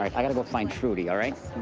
i gotta go find trudy, all right?